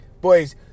boys